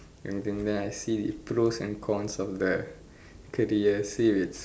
anything then I see pros and cons of the career see if it's